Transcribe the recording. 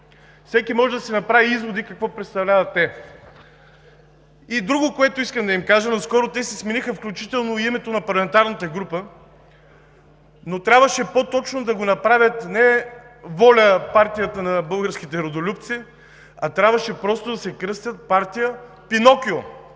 Всеки може да си направи извод какво представляват те. И друго, което искам да им кажа. Наскоро те си смениха включително името на парламентарната група, но трябваше по-точно да го направят – не ВОЛЯ – партията на българските родолюбци, а просто да се кръстят партия „Пинокио“,